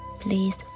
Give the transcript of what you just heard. please